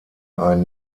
ein